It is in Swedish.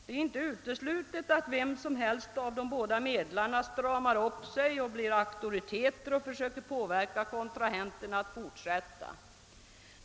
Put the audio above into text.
Det är inte uteslutet att vem som helst av de båda medlarna stramar upp sig och blir auktoriteter och försöker påverka kontrahenterna att fortsätta.